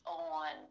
on